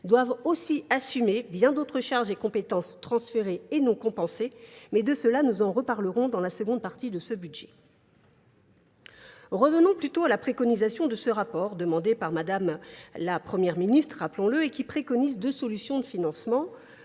doivent aussi assumer bien d'autres charges et compétences transférées et non compensées, mais de cela nous en reparlerons dans la seconde partie de ce budget. Revenons plutôt à la préconisation de ce rapport demandé par madame la première ministre, rappelons-le, et qui préconise deux solutions de financement,